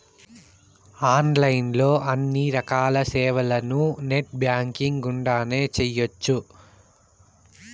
online లో అన్ని రకాల సేవలను నెట్ బ్యాంకింగ్ గుండానే చేయ్యొచ్చు